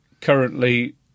currently